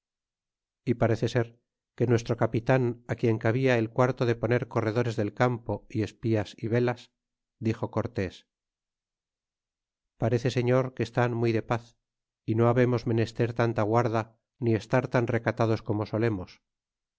y parece ser que nuestro capitan á quien cabía el quarto de poner corredores del campo y espías y velas dixo cortés parece señor que estan muy de paz y no babemos menester tanta guarda ni estar tan recatados como solemos